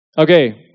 Okay